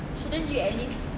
shouldn't you at least